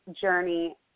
journey